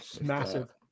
Massive